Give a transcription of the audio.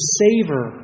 savor